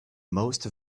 most